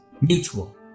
mutual